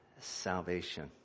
salvation